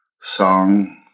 song